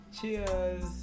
Cheers